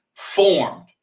Formed